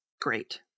great